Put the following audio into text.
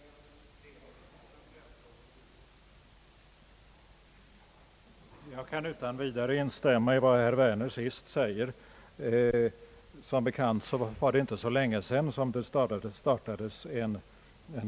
Herr talman! Jag kan utan vidare instämma i vad herr Werner senast sagt. Som bekant var det inte så länge sedan man startade en nationalinsamling för Vietnam med stöd av samtliga partiledare, även herr Hermansson. Han lär senare ha fått visst obehag för det inom kommunistiska partiet. Vår vilja till humanitär hjälp kan det emellertid inte råda någon tvekan om.